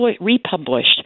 republished